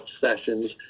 sessions